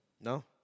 No